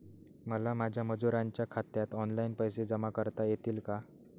मला माझ्या मजुरांच्या खात्यात ऑनलाइन पैसे जमा करता येतील का?